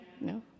no